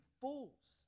fools